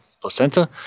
placenta